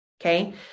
Okay